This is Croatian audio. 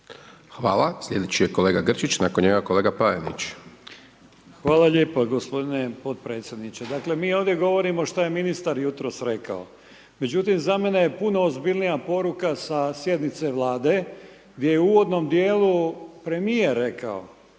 Hvala, slijedeći je kolega Grčić, nakon njega kolega Panenić. **Grčić, Branko (SDP)** Hvala lijepo gospodine podpredsjedniče, dakle mi ovdje govorimo šta je ministar jutros rekao, međutim za mene je puno ozbiljnija poruka sa sjednice Vlade, gdje je u uvodnom dijelu premijer rekao,